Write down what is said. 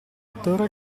torre